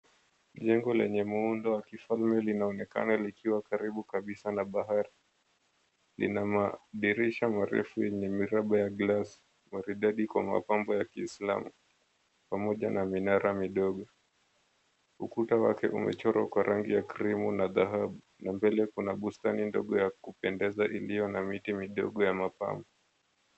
Jengo lenye muundo wa kifalme linaloonekana likiwa karibu kabisa na bahari. Lina madirisha marefu yenye miraba ya glasi maridadi kwa mapambo ya Kiislamu pamoja na minara midogo. Ukuta wake umechorwa kwa rangi ya krimu na dhahabu na mbele kuna bustani ndogo ya kupendeza iliyo na miti midogo ya mapambo.